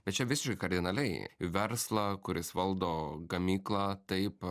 bet čia visiškai kardinaliai verslą kuris valdo gamyklą taip